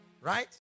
right